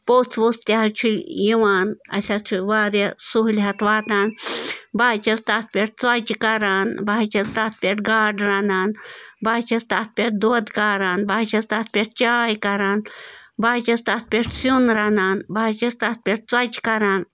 پوٚژھ ووٚژھ تہِ حظ چھُ یِوان اَسہِ حظ چھِ واریاہ سہوٗلیَت واتان بہٕ حظ چھَس تَتھ پٮ۪ٹھ ژۄچہِ کَران بہٕ حظ چھَس تَتھ پٮ۪ٹھ گاڈٕ رَنان بہٕ حظ چھَس تَتھ پٮ۪ٹھ دۄد کاران بہٕ حظ چھَس تَتھ پٮ۪ٹھ چاے کَران بہٕ حظ چھَس تَتھ پٮ۪ٹھ سیُن رَنان بہٕ حظ چھَس تَتھ پٮ۪ٹھ ژۄچہِ کَران